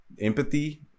empathy